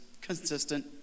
consistent